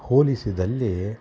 ಹೋಲಿಸಿದ್ದಲ್ಲಿ